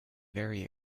very